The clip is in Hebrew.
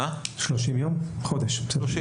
בסדר.